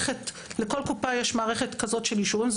לכל קופה יש מערכת כזאת של אישורים,